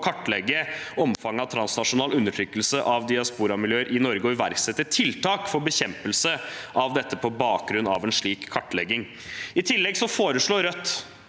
å kartlegge omfanget av transnasjonal undertrykkelse av diasporamiljøer i Norge og iverksette tiltak for bekjempelse av dette på bakgrunn av en slik kartlegging. I tillegg foreslår Rødt